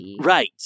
Right